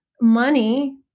money